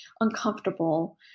uncomfortable